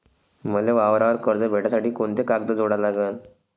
मले वावरावर कर्ज भेटासाठी कोंते कागद जोडा लागन?